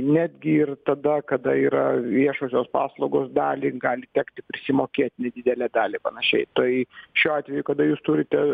netgi ir tada kada yra viešosios paslaugos dalį gali tekti prisimokėt nedidelę dalį panašiai tai šiuo atveju kada jūs turite